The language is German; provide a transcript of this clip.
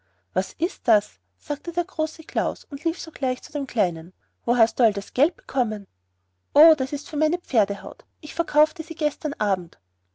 was ist das sagte der große klaus und lief sogleich zu dem kleinen wo hast du all das geld bekommen o das ist für meine pferdehaut ich verkaufte sie gestern abend